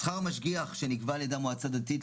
שכר משגיח שנקבע על-ידי המועצה הדתית,